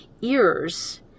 ears